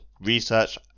research